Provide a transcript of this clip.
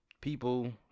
people